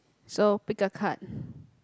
so pick a card